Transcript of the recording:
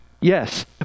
yes